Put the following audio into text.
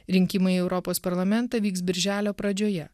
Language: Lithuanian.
rinkimai į europos parlamentą vyks birželio pradžioje